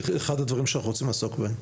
זה אחד הדברים שאנחנו רוצים לעסוק בהם.